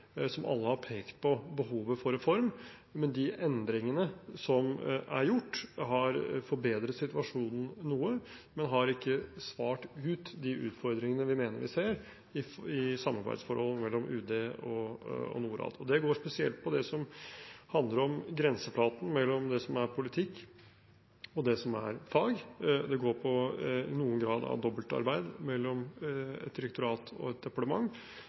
som alle har pekt på behovet for reform. De endringene som er gjort, har forbedret situasjonen noe, men har ikke svart ut de utfordringene vi mener vi ser i samarbeidsforholdet mellom UD og Norad. Det dreier seg spesielt om det som handler om grenseflaten mellom det som er politikk, og det som er fag. Det dreier seg i noen grad om dobbeltarbeid mellom et direktorat og et departement,